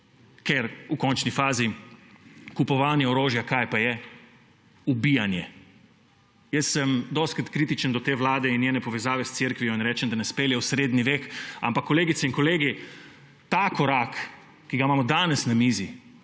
Ker v končni fazi kupovanje orožja − kaj pa je? Ubijanje. Jaz sem dostikrat kritičen do te vlade in njene povezave s cerkvijo in rečem, da nas peljejo v srednji vek, ampak, kolegice in kolegi, ta korak, ki ga imamo danes na mizi,